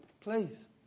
please